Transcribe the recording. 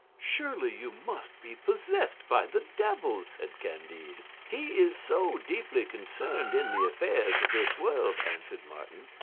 surely you must be possessed by the devil, said candide. he is so deeply concerned in the affairs of this world, answered martin,